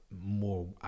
more